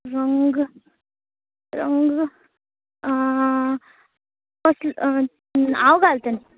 रंग रंग कसले हांव घलतले